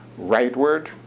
rightward